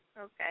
Okay